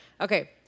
Okay